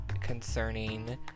concerning